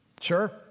Sure